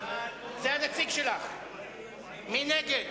מי נגד?